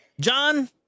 John